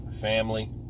family